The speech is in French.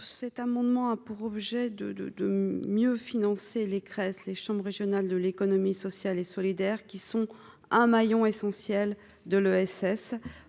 cet amendement a pour objet de, de, de mieux financer les crèches, les chambres régionales de l'économie sociale et solidaire, qui sont un maillon essentiel de l'ESS